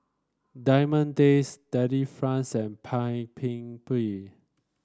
Diamond Days Delifrance and Paik Bibim